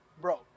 Bro